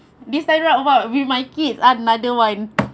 this time round what we might make it another [one]